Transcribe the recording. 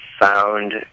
found